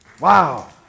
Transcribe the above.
Wow